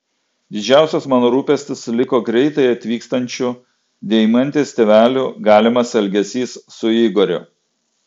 didžiausias mano rūpestis liko greitai atvykstančių deimantės tėvelių galimas elgesys su igoriu